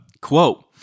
Quote